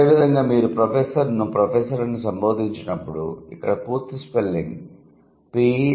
అదేవిధంగా మీరు ప్రొఫెసర్ను ప్రొఫెసర్ అని సంబోధించినప్పుడు ఇక్కడ పూర్తి స్పెల్లింగ్ పి